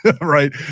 Right